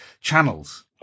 channels